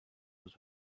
was